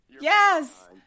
Yes